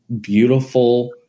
beautiful